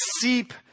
seep